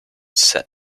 set